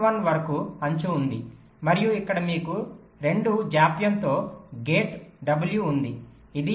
1 వరకు అంచు ఉంది మరియు ఇక్కడ మీకు 2 జాప్యం తో గేట్ w ఉంది ఇది 0